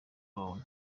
brown